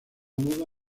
moda